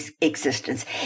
existence